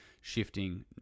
shifting